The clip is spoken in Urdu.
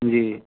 جی